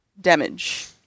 damage